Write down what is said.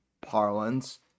parlance